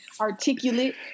articulate